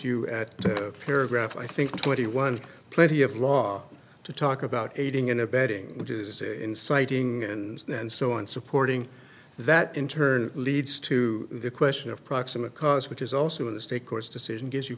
you at paragraph i think twenty one is plenty of law to talk about aiding and abetting which is inciting and and so on supporting that in turn leads to the question of proximate cause which is also in the state courts decision gives you